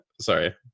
Sorry